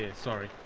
yeah sorry.